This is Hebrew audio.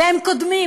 והם קודמים.